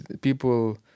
People